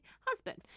husband